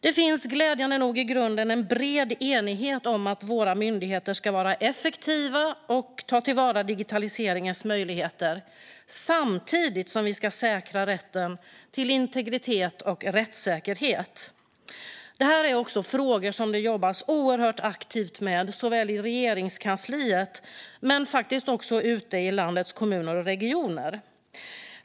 Det finns glädjande nog i grunden en bred enighet om att våra myndigheter ska vara effektiva och ta till vara digitaliseringens möjligheter samtidigt som vi ska säkra rätten till integritet och rättssäkerhet. Det här är också frågor som det jobbas oerhört aktivt med såväl i Regeringskansliet som ute i landets kommuner och regioner.